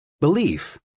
Belief